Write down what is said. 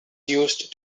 used